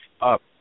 up